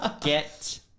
Get